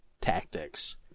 tactics